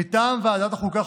מטעם ועדת החוקה,